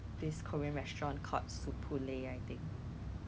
他就要喷那个 mosquito 的那个 spray